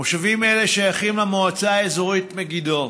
מושבים אלו שייכים למועצה האזורית מגידו.